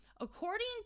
according